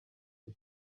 the